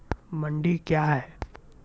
मंडी क्या हैं?